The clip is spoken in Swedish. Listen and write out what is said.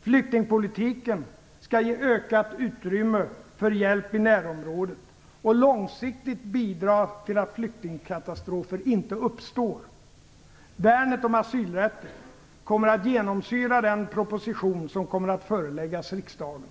Flyktingpolitiken skall ge ökat utrymme för hjälp i närområdet och långsiktigt bidra till att nya flyktingkatastrofer inte uppstår. Värnandet om asylrätten kommer att genomsyra den proposition som kommer att föreläggas riksdagen.